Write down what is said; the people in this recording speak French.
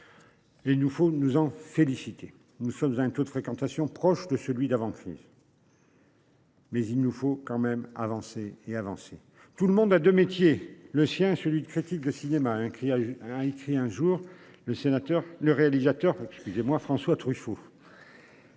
Il nous faut nous en féliciter. Nous sommes un taux de fréquentation proche de celui d'avant crise. Mais il nous faut quand même avancer et avancer. Tout le monde a de métier, le sien, celui de critique de cinéma hein cria a écrit un jour le sénateur, le réalisateur,